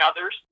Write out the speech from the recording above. others